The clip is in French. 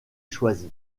choisi